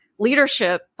leadership